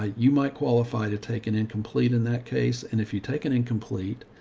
ah you might qualify to take an incomplete in that case. and if you take an incomplete,